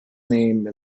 name